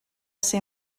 ser